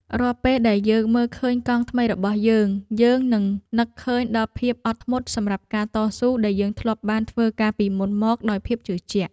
រាល់ពេលដែលយើងមើលឃើញកង់ថ្មីរបស់យើងយើងនឹងនឹកឃើញដល់ភាពអត់ធ្មត់សម្រាប់ការតស៊ូដែលយើងធ្លាប់បានធ្វើកាលពីមុនមកដោយភាពជឿជាក់។